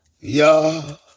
Y'all